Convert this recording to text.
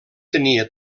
tenia